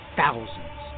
thousands